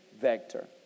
Vector